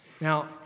Now